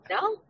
No